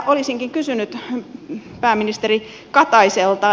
olisinkin kysynyt pääministeri kataiselta